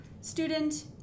student